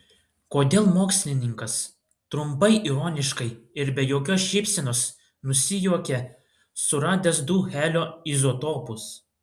kodėl mokslininkas trumpai ironiškai ir be jokios šypsenos nusijuokė suradęs du helio izotopus